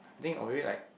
I think or maybe like